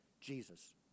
Jesus